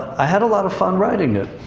i had a lot of fun writing it.